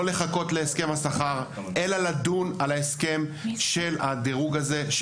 לא לחכות להסכם השכר אלא לדון על ההסכם של הדירוג הזה,